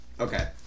Okay